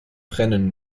brennen